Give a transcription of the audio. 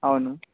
అవును